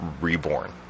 reborn